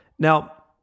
Now